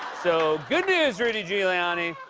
so, good news, rudy giuliani.